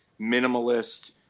minimalist